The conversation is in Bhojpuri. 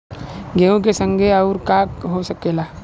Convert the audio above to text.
गेहूँ के संगे आऊर का का हो सकेला?